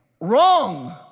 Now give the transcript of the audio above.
Wrong